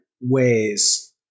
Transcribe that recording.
ways